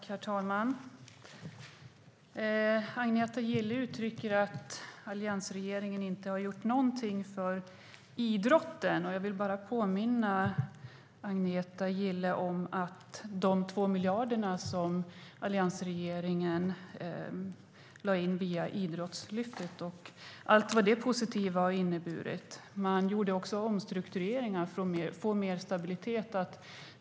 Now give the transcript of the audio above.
Fru talman! Agneta Gille säger att alliansregeringen inte har gjort någonting för idrotten. Jag vill bara påminna om att de 2 miljarder som alliansregeringen satsade på Idrottslyftet har inneburit mycket positivt. Man genomförde också omstruktureringar för att få mer stabilitet.